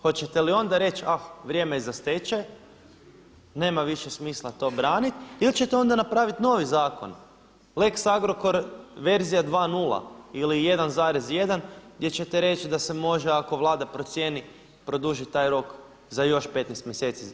Hoće li onda reći ah vrijeme je za stečaj, nema više smisla to branit ili ćete onda napravit novi zakon lex Agrokor verzija 2.0 ili 1,1 gdje ćete reći da se može ako Vlada procijeni produžit taj rok za još 15 mjeseci.